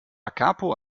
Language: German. capo